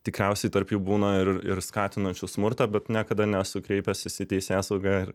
tikriausiai tarp jų būna ir ir skatinančių smurtą bet niekada nesu kreipęsis į teisėsaugą